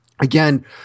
Again